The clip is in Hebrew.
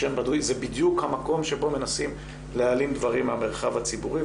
זה בדיוק המקום שבו מנסים להעלים דברים מהמרחב הציבורי.